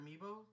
Amiibo